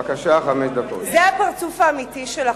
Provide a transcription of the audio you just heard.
זה הפרצוף האמיתי שלכם,